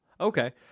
Okay